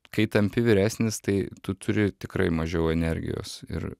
kai tampi vyresnis tai tu turi tikrai mažiau energijos ir